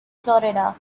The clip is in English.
florida